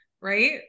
right